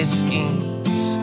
schemes